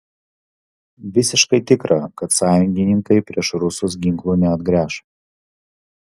visiškai tikra kad sąjungininkai prieš rusus ginklų neatgręš